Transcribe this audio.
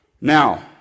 now